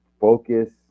focus